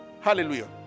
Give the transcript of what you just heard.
Hallelujah